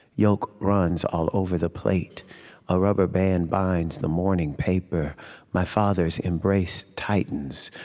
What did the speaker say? yolk runs all over the plate a rubber band binds the morning paper my father's embrace tightens.